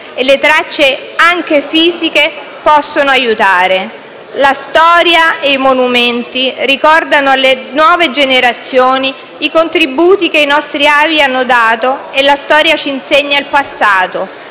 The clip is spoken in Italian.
e le tracce, anche fisiche, possono aiutare. La storia e i monumenti ricordano alle nuove generazioni i contributi che i nostri avi hanno dato e la storia ci insegna il passato,